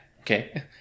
okay